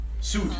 Suit